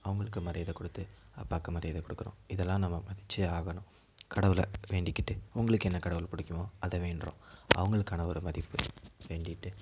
அவங்களுக்கு மரியாதை கொடுத்து அப்பாக்கும் மரியாதையை கொடுக்குறோம் இதெல்லாம் நம்ம மதித்தே ஆகணும் கடவுளை வேண்டிக்கிட்டு உங்களுக்கு என்ன கடவுள் பிடிக்குமோ அதை வேண்டுகிறோம் அவங்களுக்கான ஒரு மதிப்பு வேண்டிகிட்டு அதுக்கு அப்பறம்